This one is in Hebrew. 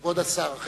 כבוד השר, בבקשה.